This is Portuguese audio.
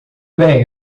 bem